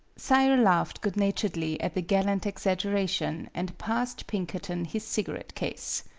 sayre laughed good-naturedly at the gal lant exaggeration, and passed pinkerton his cigarette-case.